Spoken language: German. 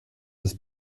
des